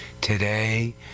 today